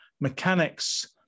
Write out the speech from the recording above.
mechanics